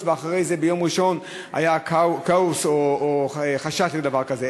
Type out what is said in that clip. ואחרי זה ביום ראשון היה כאוס או חשש לדבר כזה.